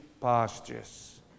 pastures